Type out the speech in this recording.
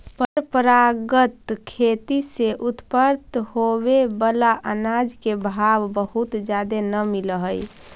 परंपरागत खेती से उत्पन्न होबे बला अनाज के भाव बहुत जादे न मिल हई